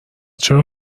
چرا